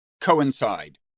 coincide